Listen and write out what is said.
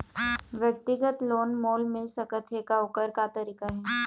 व्यक्तिगत लोन मोल मिल सकत हे का, ओकर का तरीका हे?